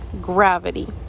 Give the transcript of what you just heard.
gravity